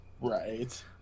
Right